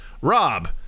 Rob